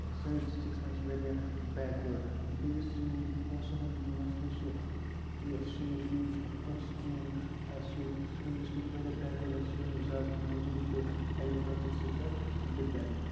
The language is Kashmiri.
سٲنِس ڈِسٹِرٛکَس منٛز چھِ واریاہ بیکوٲڈ بیٚیہِ یُس یِم پونٛسَن ہُنٛدٕ مسلہٕ چھِ یہِ أسۍ چھِنہٕ یہِ تیوٗت پونٛسہٕ کِہیٖنۍ اَسہِ چھُ ییٚتہِ سون ڈِسٹِرٛک چھِ واریاہ بیکوٲڈ أسۍ چھِ یِوان زیادٕ مٔزوٗرۍ تہٕ اٮ۪گریکَلچَرسٕے پٮ۪ٹھ ڈِپٮ۪نٛڈ